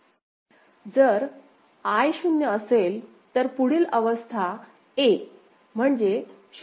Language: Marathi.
जर I शून्य असेल तर पुढील अवस्था a म्हणजे 0 0 असेल